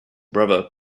brother